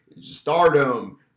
Stardom